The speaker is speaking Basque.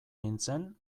nintzen